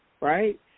right